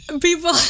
People